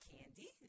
candy